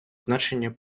значення